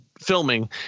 filming